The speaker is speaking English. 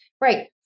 right